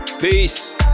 peace